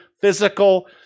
physical